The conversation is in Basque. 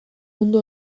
mundu